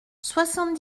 soixante